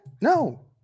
No